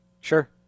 Sure